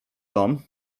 dom